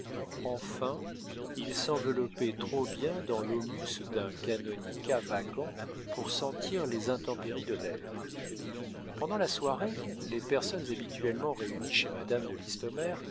enfin il s'enveloppait trop bien dans l'aumusse d'un canonicat vacant pour sentir les intempéries de l'air pendant la soirée les personnes habituellement réunies chez madame de listomère